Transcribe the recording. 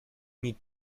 nic